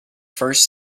first